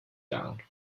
down